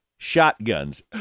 shotguns